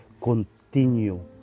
continue